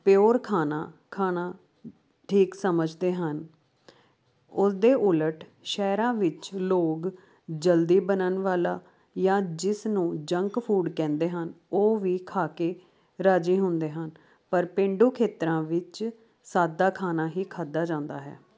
pure ਖਾਣਾ ਖਾਨਾ ਠੀਕ ਸਮਝਦੇ ਹਨ ਉਸ ਦੇ ਉਲਟ ਸ਼ਹਿਰਾਂ ਵਿੱਚ ਲੋਕ ਜਲਦੀ ਬਣਨ ਵਾਲਾ ਜਾਂ ਜਿਸ ਨੂੰ ਜੰਕ ਫੂਡ ਕਹਿੰਦੇ ਹਨ ਉਹ ਵੀ ਖਾ ਕੇ ਰਾਜੀ ਹੁੰਦੇ ਹਨ ਪਰ ਪੇਂਡੂ ਖੇਤਰਾਂ ਵਿੱਚ ਸਾਦਾ ਖਾਣਾ ਹੀ ਖਾਦਾ ਜਾਂਦਾ ਹੈ